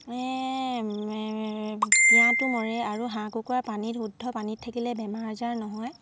পিয়াহটো মৰে আৰু হাঁহ কুকুৰা পানীত শুদ্ধ পানীত থাকিলে বেমাৰ আজাৰ নহয়